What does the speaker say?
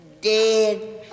dead